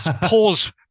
pause